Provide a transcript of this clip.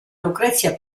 lucrezia